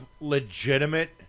legitimate